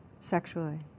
sexually